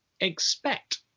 expect